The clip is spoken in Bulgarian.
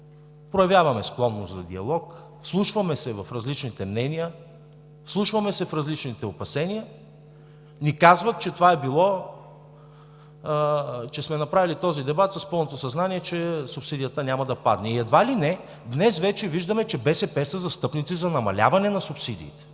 проявяваме склонност за диалог, вслушваме се в различните мнения, вслушваме се в различните опасения, ни казват, че сме направили този дебат с пълното съзнание, че субсидията няма да падне и едва ли не днес вече виждаме, че БСП са застъпници за намаляване на субсидията.